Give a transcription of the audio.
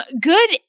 good